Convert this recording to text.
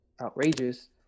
outrageous